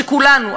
שכולנו,